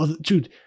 dude